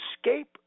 escape